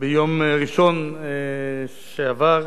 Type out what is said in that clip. ביום ראשון שעבר,